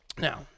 Now